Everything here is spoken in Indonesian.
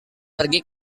pergi